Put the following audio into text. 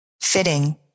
Fitting